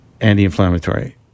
Anti-inflammatory